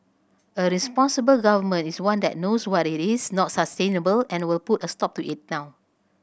a responsible Government is one that knows what is not sustainable and will put a stop to it now